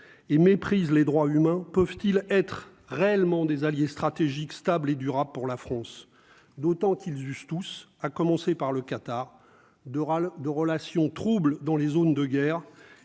et méprisent les droits humains peuvent-ils être réellement des alliés stratégiques stable et durable pour la France, d'autant qu'ils usent tous, à commencer par le Qatar Doral de relation trouble dans les zones de guerre